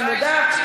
אני מודה,